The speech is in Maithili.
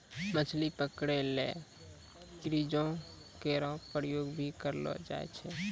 मछली पकरै ल क्रूजो केरो प्रयोग भी करलो जाय छै